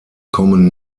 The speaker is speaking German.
kommen